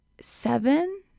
seven